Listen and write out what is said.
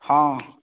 ହଁ